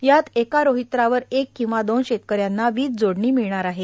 यात एका रोहित्रावर एक किंवा दोन शेतकऱ्यांना वीज जोडणी मिळणार आहे